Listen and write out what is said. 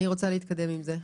אני רוצה להתקדם עם זה.